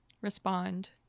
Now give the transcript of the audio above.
respond